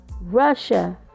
Russia